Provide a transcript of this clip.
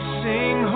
sing